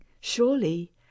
surely